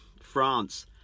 France